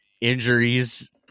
injuries